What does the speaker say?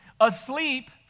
Asleep